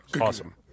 Awesome